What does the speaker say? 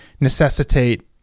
necessitate